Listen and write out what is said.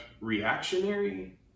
reactionary